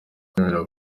kwemera